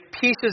pieces